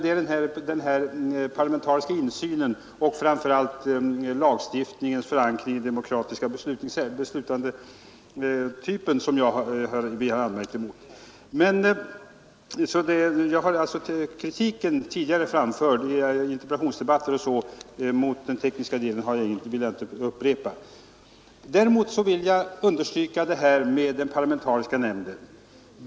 Det är den bristande parlamentariska insynen framför allt när det gällt att genom lagstiftning förankra riksplaneavgöranden i den demokratiska beslutsprocessen som vi har riktat anmärkningar mot. Den kritik som jag tidigare i interpellationsdebatter framfört mot den tekniska delen vill jag inte upprepa. Däremot vill jag understryka detta med parlamentariska nämnder.